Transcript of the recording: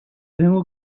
tengo